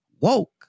woke